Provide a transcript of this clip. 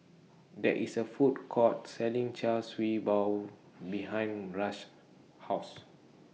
There IS A Food Court Selling Char Siew Bao behind Rush's House